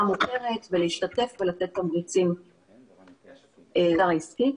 מוכרת ולהשתתף ולתת תמריצים למגזר העסקי.